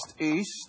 east